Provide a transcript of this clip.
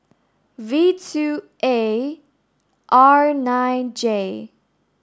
V two A R nine J